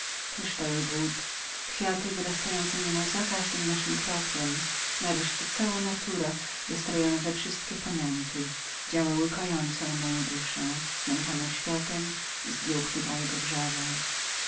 kryształy wód kwiaty wyrastające niemal za każdym naszym krokiem nareszcie cała natura wystrojona we wszystkie ponęty przedstawiały się dla uspokojenia mojej duszy znękanej światem i zgiełkliwą jego wrzawą